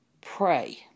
Pray